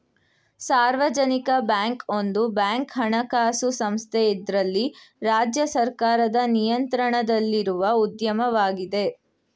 ಸಾರ್ವಜನಿಕ ಬ್ಯಾಂಕ್ ಒಂದು ಬ್ಯಾಂಕ್ ಹಣಕಾಸು ಸಂಸ್ಥೆ ಇದ್ರಲ್ಲಿ ರಾಜ್ಯ ಸರ್ಕಾರದ ನಿಯಂತ್ರಣದಲ್ಲಿರುವ ಉದ್ಯಮವಾಗಿದೆ